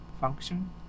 function